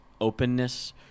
openness